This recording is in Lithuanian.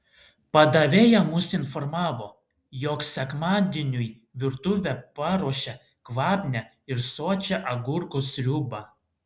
padavėja mus informavo jog sekmadieniui virtuvė paruošė kvapnią ir sočią agurkų sriubą